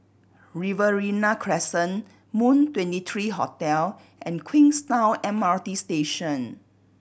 Riverina Crescent Moon Twenty three Hotel and Queenstown M R T Station